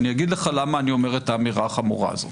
אני אגיד לך למה אני אומר את האמירה החמורה הזאת.